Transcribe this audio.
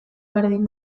berdin